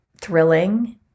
thrilling